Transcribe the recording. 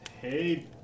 Hey